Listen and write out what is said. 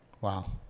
Wow